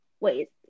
wait